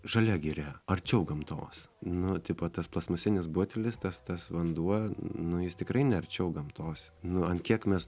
žalia giria arčiau gamtos nu tipo tas plastmasinis butelis tas tas vanduo nu jis tikrai ne arčiau gamtos nu an kiek mes